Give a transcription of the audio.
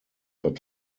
but